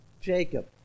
Jacob